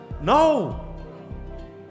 no